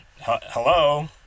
Hello